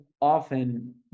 often